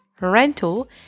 rental